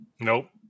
Nope